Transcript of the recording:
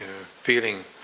Feeling